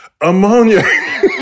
ammonia